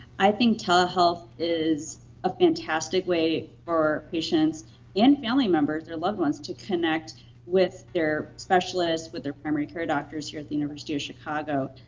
i think telehealth is a fantastic way for patients and family members, their loved ones, to connect with their specialist, with their primary care doctors here at the university of chicago.